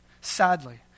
Sadly